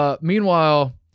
Meanwhile